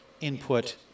input